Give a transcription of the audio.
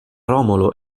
romolo